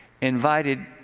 invited